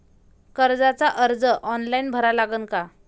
कर्जाचा अर्ज ऑनलाईन भरा लागन का?